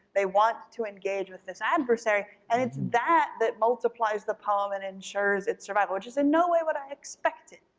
they want to engage with this adversary. and it's that that multiplies the palm and ensures its survival which is in no way what i expected.